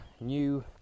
new